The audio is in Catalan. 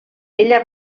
ella